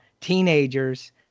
teenagers